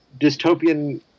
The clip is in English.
dystopian